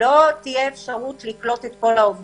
לא תהיה אפשרות לקלוט את כל העובדים.